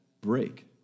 break